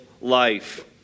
life